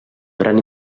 gran